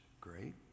great